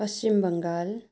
Paschim Bengal